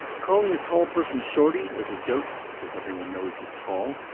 calling a tall person shorty as a joke because everyone knows he's tall,